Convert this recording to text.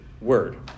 word